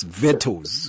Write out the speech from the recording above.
vetoes